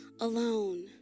alone